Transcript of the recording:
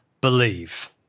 believe